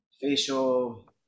facial